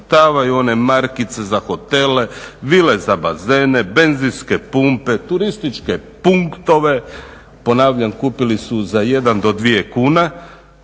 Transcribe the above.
ucrtavaju one markice za hotele, vile za bazene, benzinske pumpe, turističke punktove. Ponavljam, kupili su za 1 do 2 kune.